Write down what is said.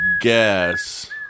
guess